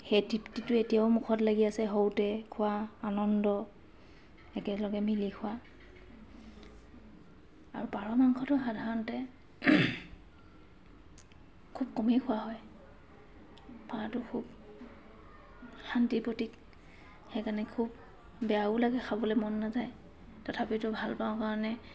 সেই তৃপ্তিটো এতিয়াও মুখত লাগি আছে সৰুতে খোৱা আনন্দ একেলগে মিলি খোৱা আৰু পাৰ মাংসটো সাধাৰণতে খুব কমেই খোৱা হয় পাৰটো খুব শান্তিৰ প্ৰতীক সেইকাৰণে খুব বেয়াও লাগে খাবলৈ মন নাযায় তথাপিতো ভালপাওঁ কাৰণে